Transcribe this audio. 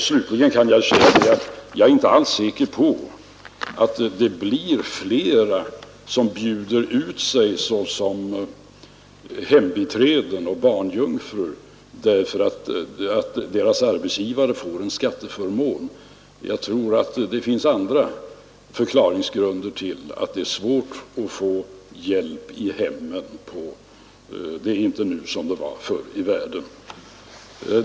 Slutligen kan jag säga att jag inte alls är säker på att det blir flera som bjuder ut sig såsom hembiträden och barnjungfrur därför att deras arbetsgivare får en skatteförmån. Jag tror att det finns andra förklaringar till att det är svårt att få hjälp i hemmen. Det är inte nu som det var förr i världen.